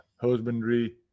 husbandry